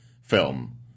film